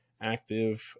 active